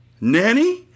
Nanny